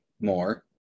more